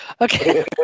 Okay